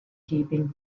keeping